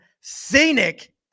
scenic